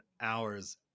hours